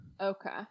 Okay